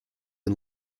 and